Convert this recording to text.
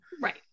Right